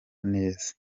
neza